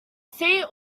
seat